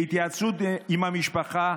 בהתייעצות עם המשפחה,